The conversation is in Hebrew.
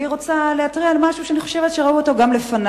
אני רוצה להתריע על משהו שאני חושבת שראו אותו גם לפני,